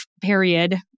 period